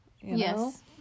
Yes